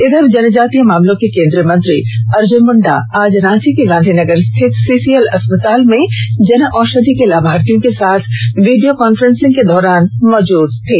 इधर जनजातीय मामलों के केंद्रीय मंत्री अर्जुन मुंडा आज रांची के गांधीनगर स्थित सीसीएल अस्पताल में जनऔषधि के लाभार्थियों के साथ वीडियो कॉन्फ्रेंसिंग के दौरान मौजूद थे